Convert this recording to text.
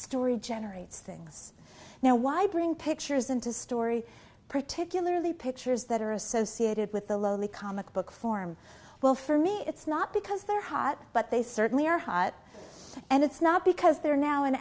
story generates things now why bring pictures into a story particularly pictures that are associated with the lowly comic book form well for me it's not because hot but they certainly are hot and it's not because they're now an